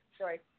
Sorry